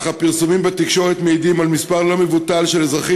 אך הפרסומים בתקשורת מעידים על מספר לא מבוטל של אזרחים